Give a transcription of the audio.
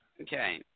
okay